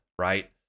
right